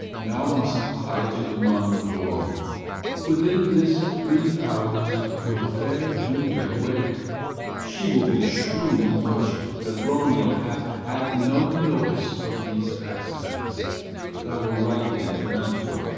now must i to the monument alone within this three hours will fair juliet wake she will beshrew me much that romeo hath had no notice of these accidents but i will write again to mantua,